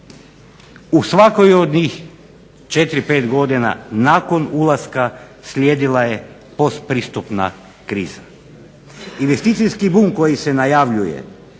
U svakoj od njih 4, 5 godina nakon ulaska slijedila je postpristupna kriza. Investicijski bum koji se najavljuje